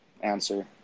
answer